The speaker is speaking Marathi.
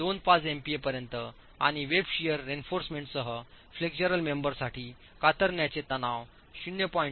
25 एमपीए पर्यंत आणि वेब शियर रीइन्फोर्समेंट सह फेक्चरल मेंबर्स साठी कातरण्याचे तणाव 0